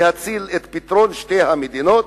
להציל את פתרון שתי המדינות.